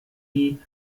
die